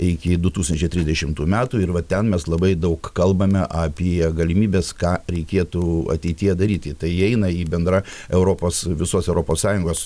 iki du tūkstančiai trisdešimtų metų ir va ten mes labai daug kalbame apie galimybes ką reikėtų ateityje daryti tai įeina į bendrą europos visos europos sąjungos